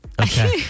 Okay